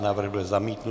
Návrh byl zamítnut.